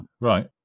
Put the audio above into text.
right